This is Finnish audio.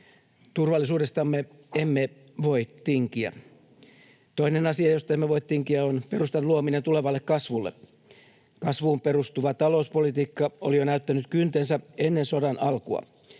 Turvallisuudestamme emme voi tinkiä. Toinen asia, josta emme voi tinkiä, on perustan luominen tulevalle kasvulle. Kasvuun perustuva talouspolitiikka oli jo näyttänyt kyntensä ennen sodan alkua.